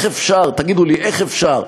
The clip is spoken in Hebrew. תגידו לי, איך אפשר?